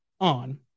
on